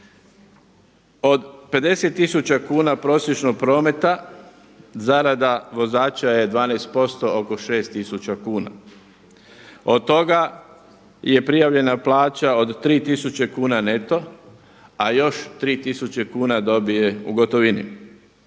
Od 50000 kuna prosječnog prometa zarada vozača je 12% oko 6000 kuna. Od toga je prijavljena plaća od 3000 kuna neto, a još 3000 kuna dobije u gotovini.